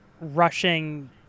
rushing